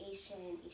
Asian